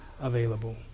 available